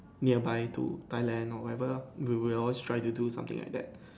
nearby to Thailand or whatever lah we will always try to do something like that